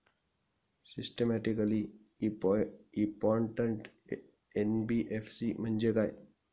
Systematically important NBFC म्हणजे काय?